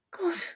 God